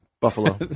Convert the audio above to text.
Buffalo